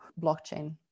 blockchain